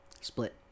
split